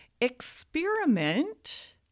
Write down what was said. experiment